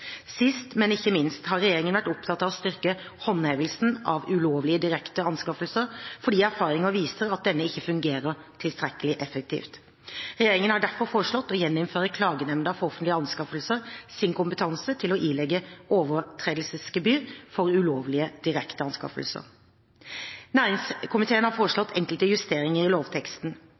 Sist, men ikke minst har regjeringen vært opptatt av å styrke håndhevelsen av ulovlige direkte anskaffelser fordi erfaringer viser at denne ikke fungerer tilstrekkelig effektivt. Regjeringen har derfor foreslått å gjeninnføre klagenemnda for offentlige anskaffelser sin kompetanse til å ilegge overtredelsesgebyr ved ulovlige direkte anskaffelser. Næringskomiteen har foreslått enkelte justeringer i lovteksten.